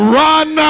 run